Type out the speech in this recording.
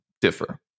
differ